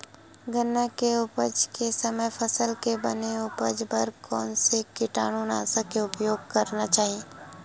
गन्ना के उपज के समय फसल के बने उपज बर कोन से कीटनाशक के उपयोग करना चाहि?